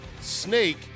snake